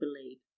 believe